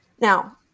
Now